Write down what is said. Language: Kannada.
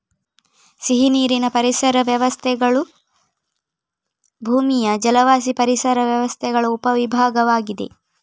ಸಿಹಿನೀರಿನ ಪರಿಸರ ವ್ಯವಸ್ಥೆಗಳು ಭೂಮಿಯ ಜಲವಾಸಿ ಪರಿಸರ ವ್ಯವಸ್ಥೆಗಳ ಉಪ ವಿಭಾಗವಾಗಿದೆ